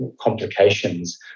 complications